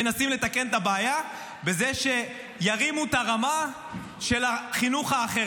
מנסים לתקן את הבעיה בזה שירימו את הרמה של החינוך האחר.